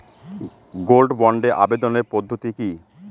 Gold বন্ডে আবেদনের পদ্ধতিটি কি?